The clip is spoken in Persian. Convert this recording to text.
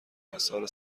حصار